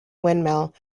windmill